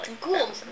Cool